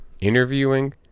interviewing